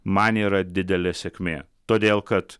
man yra didelė sėkmė todėl kad